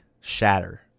Shatter